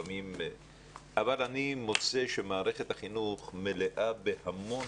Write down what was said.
אבל אני מוצא שמערכת החינוך מלאה בהמון